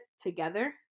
together